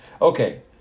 Okay